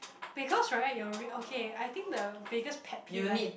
because right your real okay I think the biggest pet peeve right